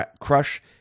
crush